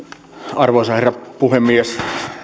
arvoisa herra puhemies